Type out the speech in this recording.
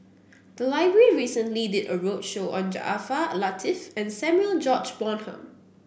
the library recently did a roadshow on Jaafar Latiff and Samuel George Bonham